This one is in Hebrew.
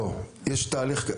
לא, יש תהליך.